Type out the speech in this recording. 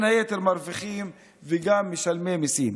מרוויחים וגם משלמים מיסים.